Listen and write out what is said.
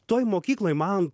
toj mokykloj man